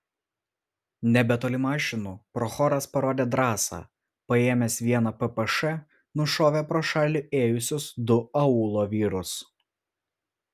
nebetoli mašinų prochoras parodė drąsą paėmęs vieną ppš nušovė pro šalį ėjusius du aūlo vyrus